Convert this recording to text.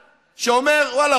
שאומר: ואללה,